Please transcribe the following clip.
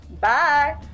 Bye